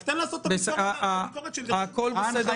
רק תן לעשות את הביקורת --- הכול בסדר גמור.